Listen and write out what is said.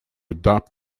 adopt